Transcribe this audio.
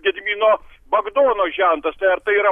gedimino bagdono žentas ar tai yra